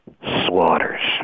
slaughters